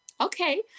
Okay